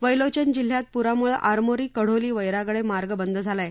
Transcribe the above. वैलोचन जिल्ह्यात पुरामुळं आरमोरी कढोली वैरागडे मार्ग बंद झाला आहे